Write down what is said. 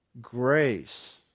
grace